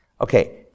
Okay